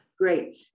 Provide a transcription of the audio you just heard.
Great